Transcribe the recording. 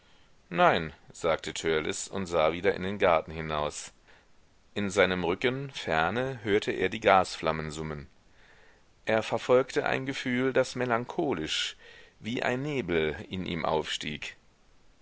nein sagte törleß und sah wieder in den garten hinaus in seinem rücken ferne hörte er die gasflammen summen er verfolgte ein gefühl das melancholisch wie ein nebel in ihm aufstieg